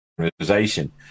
organization